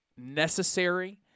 necessary